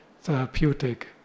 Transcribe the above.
therapeutic